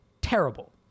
terrible